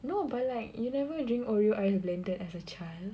no but like you never drink oreo ice blended as a child